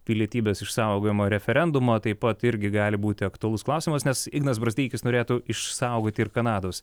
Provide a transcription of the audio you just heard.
pilietybės išsaugojimo referendumą taip pat irgi gali būti aktualus klausimas nes ignas brazdeikis norėtų išsaugoti ir kanados